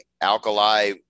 alkali